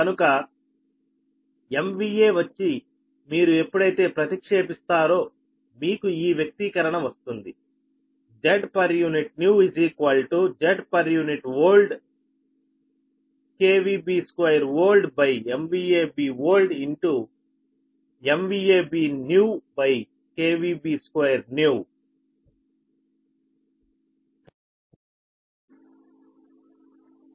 కనుక MVA వచ్చి మీరు ఎప్పుడైతే ప్రతిక్షేపిస్తారో మీకు ఈ వ్యక్తీకరణ వస్తుంది Zpunew Zpuold KVBold 2MVAB oldMVAB newKVBnew2 ఇది సమీకరణం 16